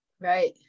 right